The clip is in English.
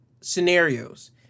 scenarios